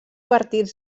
partits